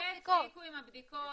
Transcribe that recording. הרבה הפסיקו עם הבדיקות,